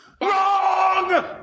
Wrong